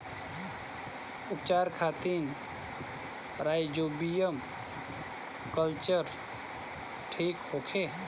उपचार खातिर rhizobium culture ठीक होखे?